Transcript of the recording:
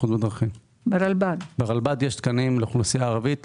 ברלב"ד יש תקנים לאוכלוסייה הערבית.